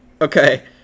Okay